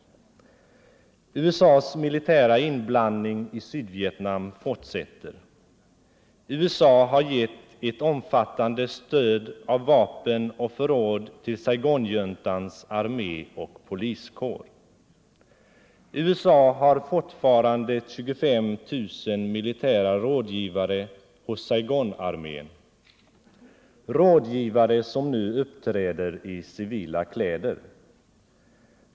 USA:s militära inblandning i Sydvietnam fortsätter. USA har gett ett omfattande stöd av vapen och förråd till Saigonjuntans armé och poliskår. USA har fortfarande 25 000 militära rådgivare hos Saigonarmén — rådgivare som nu uppträder i civila kläder.